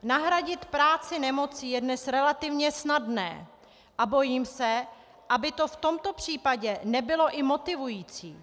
Nahradit práci nemocí je dnes relativně snadné a bojím se, aby to v tomto případě nebylo i motivující.